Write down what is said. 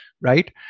right